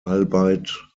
albeit